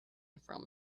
from